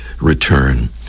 return